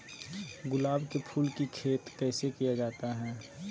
गुलाब के फूल की खेत कैसे किया जाता है?